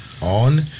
on